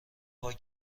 پاک